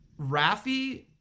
Rafi